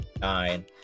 nine